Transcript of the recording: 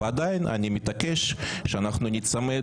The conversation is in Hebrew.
ועדיין אני מתעקש שאנחנו ניצמד